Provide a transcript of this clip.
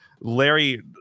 Larry